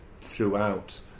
throughout